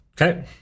Okay